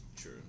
True